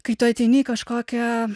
kai tu ateini į kažkokią